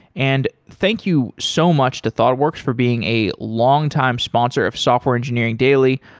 and thank you so much to thoughtworks for being a longtime sponsor of software engineering daily.